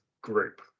group